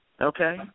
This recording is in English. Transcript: okay